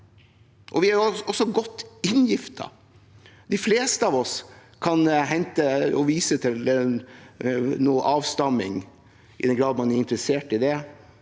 Vi er også godt inngiftet. De fleste av oss kan vise til at vi har noe avstamning – i den grad man er interessert i det,